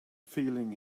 feeling